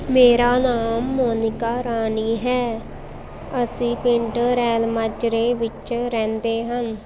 ਮੇਰਾ ਨਾਮ ਮੋਨਿਕਾ ਰਾਣੀ ਹੈ ਅਸੀਂ ਪਿੰਡ ਰੈਲ ਮਾਜਰੇ ਵਿੱਚ ਰਹਿੰਦੇ ਹਨ